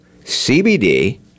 CBD